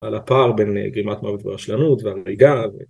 על הפער בין גרימת מוות והרשלנות ועל הנהיגה.